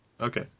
Okay